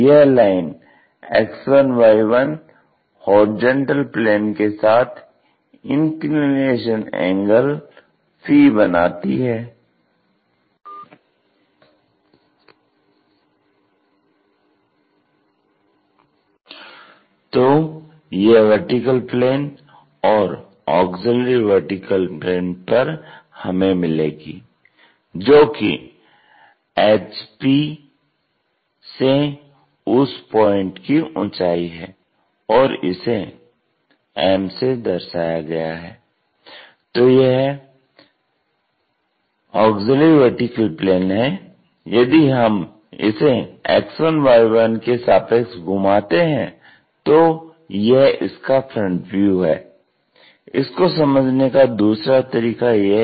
यह line X1Y1 HP के साथ इंक्लिनेशन एंगल फी 𝜙 बनाती है